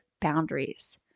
boundaries